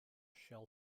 shell